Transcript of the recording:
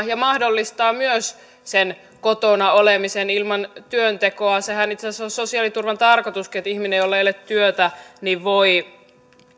ja mahdollistaa myös sen kotona olemisen ilman työntekoa sehän itse asiassa on sosiaaliturvan tarkoituskin että ihminen jolla ei ole työtä voi